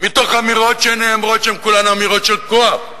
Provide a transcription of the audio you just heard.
מאמירות שנאמרות שהן כולן אמירות של כוח,